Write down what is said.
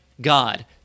God